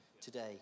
today